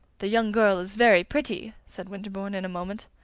the young girl is very pretty, said winterbourne in a moment.